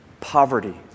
Poverty